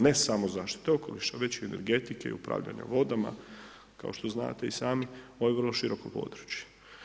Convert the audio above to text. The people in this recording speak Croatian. Ne samo zaštite okoliša, već i energetike i upravljanje vodama, kao što znate i sami, ovo je vrlo široko područje.